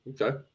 Okay